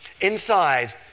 inside